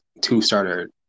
two-starter